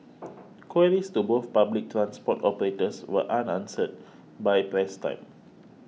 queries to both public transport operators were unanswered by press time